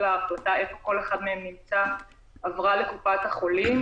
וההחלטה איפה כל אחד מהם נמצא עברה לקופת-החולים,